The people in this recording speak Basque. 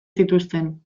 zituzten